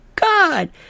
God